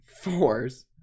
fours